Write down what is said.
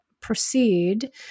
proceed